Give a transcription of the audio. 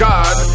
God